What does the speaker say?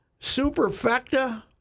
Superfecta